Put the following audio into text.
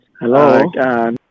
hello